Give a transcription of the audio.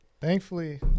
thankfully